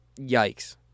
yikes